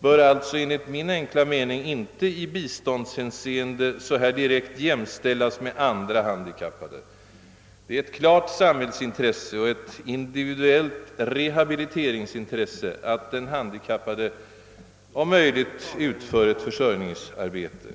bör alltså enligt min enkla mening inte i biståndshänseende så här direkt jämställas med andra handikappade. Det är ett klart samhällsintresse och ett individuellt rehabiliteringsintresse att den handikappade om möjligt utför ett försörjningsarbete.